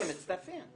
אמרתי, מצטרפים.